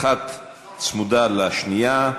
אחת צמודה לשנייה: